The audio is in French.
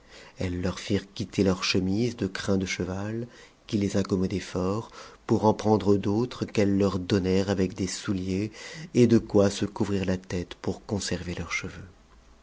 elles leur firent quitter leurs chemises de crins de cheval qui les incommodaient fort pour en prendre d'autres qu'elles leur donnèrent avec des souliers et de quoi se couvrir tête pour conserver leurs cheveux